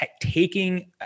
Taking